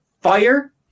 Fire